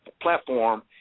platform